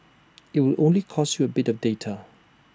IT would only cost you bit of data